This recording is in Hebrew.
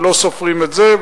ולא סופרים את זה,